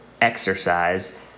exercise